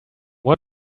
what